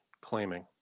claiming